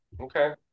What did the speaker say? Okay